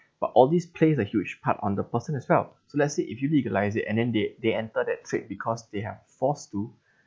but all this plays a huge part on the person as well so let's say if you legalise it and then they they enter that trade because they have forced to